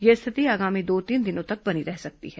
यह स्थिति आगामी दो तीन दिनों तक बनी रह सकती है